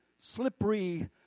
slippery